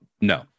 No